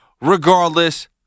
Regardless